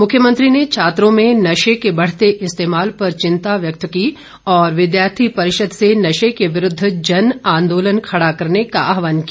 मुख्यमंत्री ने छात्रों में नशे के बढ़ते इस्तेमाल पर चिंता व्यक्त की और विद्यार्थी परिषद से नशे के विरूद्व जनआंदोलन खड़ा करने का आहवान किया